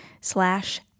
slash